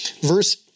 Verse